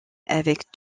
avec